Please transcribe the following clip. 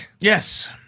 Yes